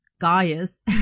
Gaius